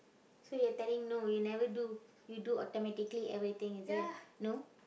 so you are telling no you never do you do automatically everything is it no